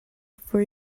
for